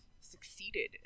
succeeded